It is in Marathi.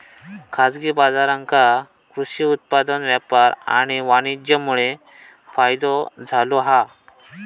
खाजगी बाजारांका कृषि उत्पादन व्यापार आणि वाणीज्यमुळे फायदो झालो हा